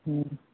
हुँ